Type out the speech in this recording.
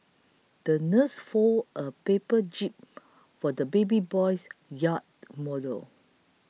the nurse folded a paper jib for the baby boy's yacht model